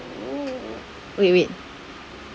wait wait